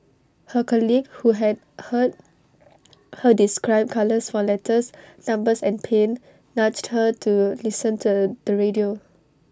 her colleague who had heard her describe colours for letters numbers and pain nudged her to listen to the radio